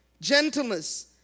gentleness